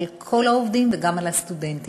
על כל העובדים וגם על הסטודנטים.